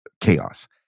chaos